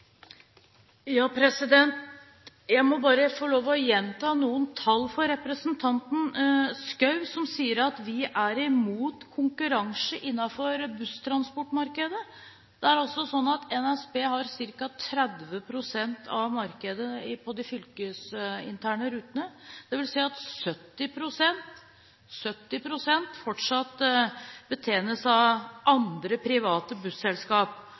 Jeg må bare få lov å gjenta noen tall for representanten Schou, som sier at vi er imot konkurranse innenfor busstransportmarkedet. Det er altså sånn at NSB har ca. 30 pst. av markedet på de fylkesinterne rutene. Det vil si at 70 pst. fortsatt betjenes av andre private